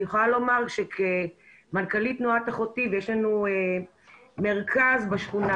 אני יכולה לומר שכמנכ"ל תנועת אחותי יש לנו מרכז בשכונה,